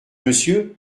monsieur